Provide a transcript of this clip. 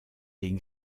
est